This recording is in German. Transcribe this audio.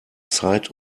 zeit